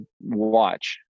watch